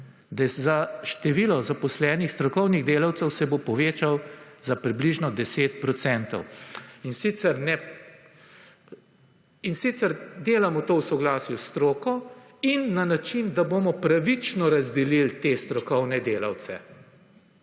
da se bo število zaposlenih strokovnih delavcev povečalo za približno 10 %, in sicer delamo to v soglasju s stroko in na način, da bomo pravično razdelili te strokovne delavce.